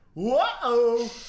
Whoa